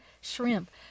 shrimp